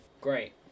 Great